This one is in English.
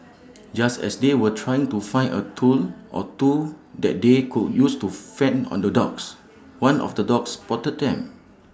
just as they were trying to find A tool or two that they could use to fend on the dogs one of the dogs spotted them